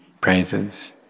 praises